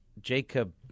Jacob